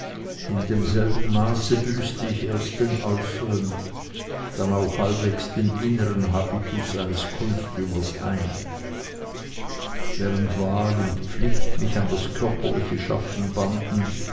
in demselben maße büßte ich erst den äußern dann auch halbwegs den innern habitus eines kunstjüngers ein während wahl und pflicht mich an das körperliche schaffen banden